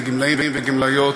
לגמלאים ולגמלאיות.